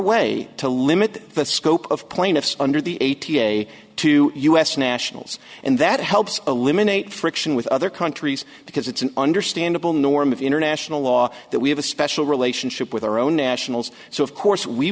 way to limit the scope of plaintiffs under the eighty a to us nationals and that helps eliminate friction with other countries because it's an understandable norm of international law that we have a special relationship with our own nationals so of course we